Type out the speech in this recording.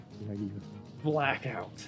blackout